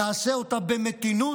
נעשה אותם במתינות,